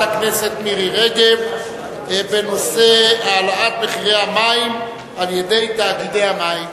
הכנסת מירי רגב בנושא: העלאת מחירי המים על-ידי תאגידי המים.